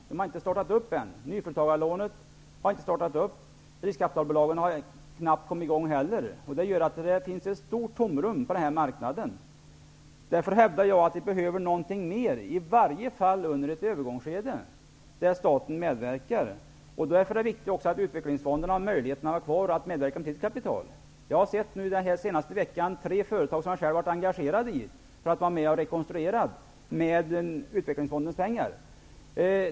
Nyföretagarlånet har inte startat upp och riskkapitalbolagen har heller knappt kommit i gång, vilket gör att det finns ett stort tomrum på den här marknaden. Därför hävdar jag att statens medverkan under ett övergångsskede behövs. Det är därför viktigt att utvecklingsfonderna har möjlighet att medverka med sina kapital. Jag har under den senaste veckan sett tre företag, som jag själv har varit engagerad i, rekonstrueras med utvecklingsfondens pengar.